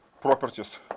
properties